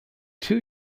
two